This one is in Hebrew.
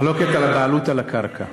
מחלוקת על הבעלות על הקרקע.